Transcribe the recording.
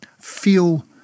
feel